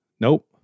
Nope